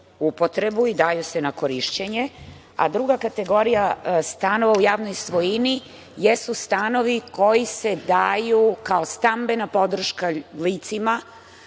i daju se na korišćenje, a druga kategorija stanova u javnoj svojini jesu stanovi koji se daju kao stambena podrška licima